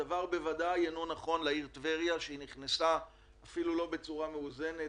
הדבר בוודאי אינו נכון לעיר טבריה שנכנסה אפילו לא בצורה מאוזנת,